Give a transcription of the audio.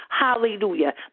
Hallelujah